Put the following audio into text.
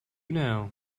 now